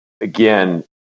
Again